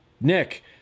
Nick